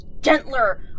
gentler